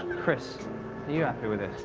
chris, are you happy with this?